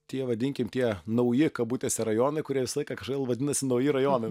tie vadinkim tie nauji kabutėse rajonai kurie visą laiką kažkodėl vadinasi nauji rajonai